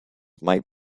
might